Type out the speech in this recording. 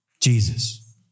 Jesus